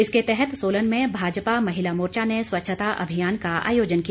इसके तहत सोलन में भाजपा महिला मोर्चा ने स्वच्छता अभियान का आयोजन किया